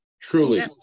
Truly